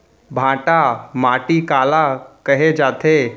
भांटा माटी काला कहे जाथे?